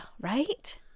right